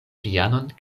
pianon